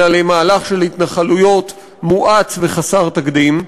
אלא למהלך של התנחלויות מואץ וחסר תקדים.